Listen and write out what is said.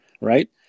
right